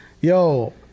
Yo